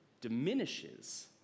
diminishes